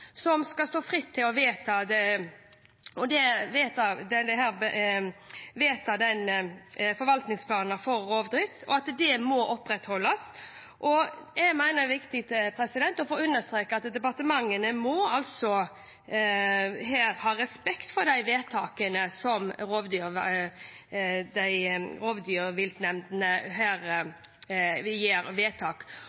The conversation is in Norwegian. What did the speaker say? som skal stå fritt til å vedta forvaltningsplanen for rovvilt. Det må opprettholdes. Jeg mener det er viktig å få understreket at departementet her må ha respekt for de vedtakene som